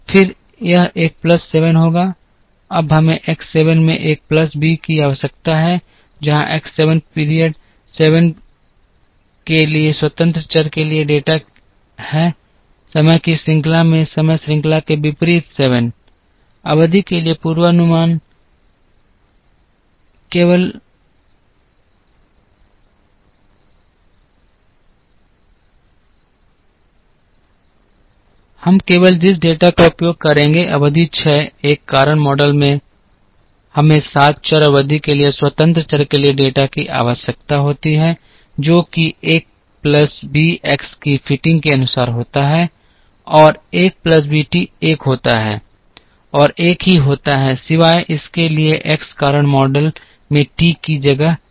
7 फिर यह एक प्लस 7 होगा अब हमें x 7 में एक प्लस बी की आवश्यकता है जहां x 7 पीरियड 7 के लिए स्वतंत्र चर के लिए डेटा है समय की श्रृंखला में समय श्रृंखला के विपरीत 7 अवधि के लिए पूर्वानुमान 7 हम केवल जिस डेटा का उपयोग करेंगे अवधि 6 एक कारण मॉडल में हमें सात चर अवधि के लिए स्वतंत्र चर के लिए डेटा की आवश्यकता होती है जो कि एक प्लस बी x की फिटिंग के अनुसार होता है और एक प्लस बी टी एक होता है और एक ही होता है सिवाय इसके कि एक्स कारण मॉडल में टी की जगह लेगा